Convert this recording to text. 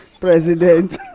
President